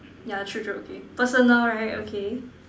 yeah true true okay personal right okay